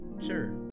Sure